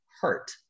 hurt